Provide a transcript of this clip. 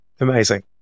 Amazing